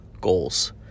goals